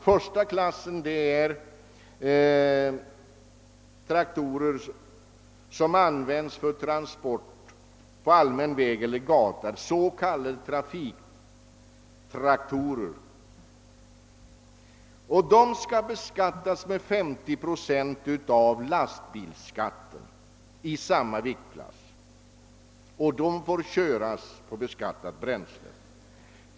Klass I skall omfatta traktorer som används för transport på allmän väg eller gata, s.k. trafiktraktorer. De skall beskattas med 50 procent av skatten på lastbil i samma viktklass, och de får köras på beskattat bränsle.